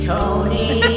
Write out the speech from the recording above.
Tony